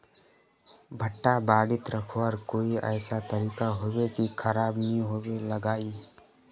भुट्टा बारित रखवार कोई ऐसा तरीका होबे की खराब नि होबे लगाई?